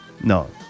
No